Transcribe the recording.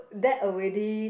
that already